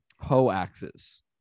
Hoaxes